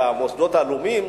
למוסדות הלאומיים.